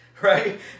Right